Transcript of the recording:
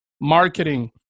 marketing